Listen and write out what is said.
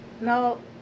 No